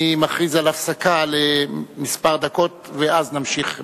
אני מכריז על הפסקה לכמה דקות ואז נמשיך בסדר-היום.